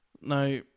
Now